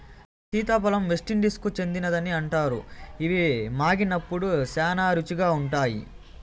సీతాఫలం వెస్టిండీస్కు చెందినదని అంటారు, ఇవి మాగినప్పుడు శ్యానా రుచిగా ఉంటాయి